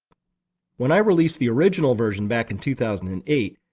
when i released the original version back in two thousand and eight,